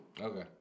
Okay